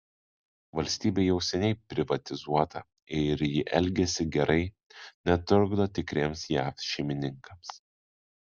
valstybė jau seniai privatizuota ir ji elgiasi gerai netrukdo tikriesiems jav šeimininkams